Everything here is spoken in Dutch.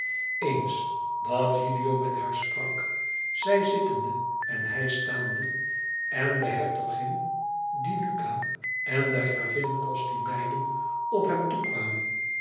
eens dat gilio met haar sprak zij zittende en hij staande en de hertogin di luca en de gravin costi beiden op hem toekwamen